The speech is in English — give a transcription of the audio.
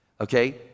okay